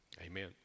amen